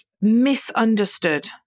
misunderstood